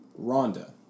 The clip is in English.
Rhonda